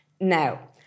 Now